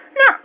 no